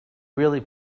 really